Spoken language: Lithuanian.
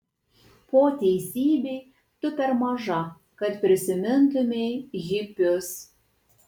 po teisybei tu per maža kad prisimintumei hipius